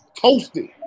toasted